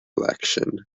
election